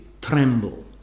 tremble